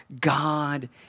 God